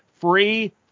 free